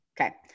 Okay